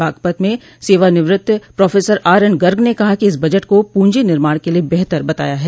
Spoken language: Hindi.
बागपत में सेवानिवृत्त प्रोफेसर आरएन गर्ग ने कहा कि इस बजट को पूंजी निर्माण के लिये बेहतर बताया है